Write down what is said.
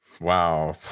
Wow